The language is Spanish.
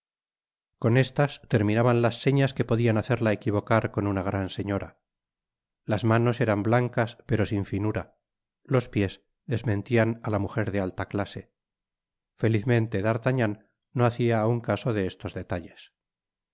con estas terminaban las señas que podían hacerla equivocar con una gran señora las manos eran blancas pero sin finura los piés desmentían á la mujer de alta clase felizmente d'artagnan no hacia aun caso de estos detalles